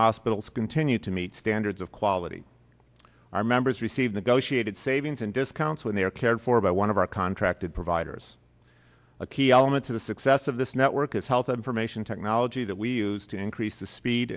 hospitals continue to meet standards of quality our members receive negotiated savings and discounts when they are cared for by one of our contracted providers a key element to the success of this network is health information technology that we use to increase the speed